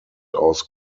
aus